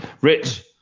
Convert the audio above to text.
Rich